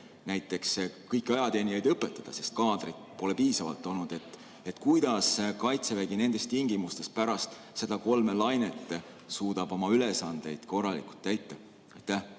et kõiki ajateenijaid õpetada, sest kaadrit pole piisavalt olnud. Kuidas Kaitsevägi nendes tingimustes pärast seda kolme lainet suudab oma ülesandeid korralikult täita? Kaja